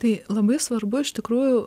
tai labai svarbu iš tikrųjų